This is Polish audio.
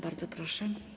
Bardzo proszę.